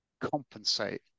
compensate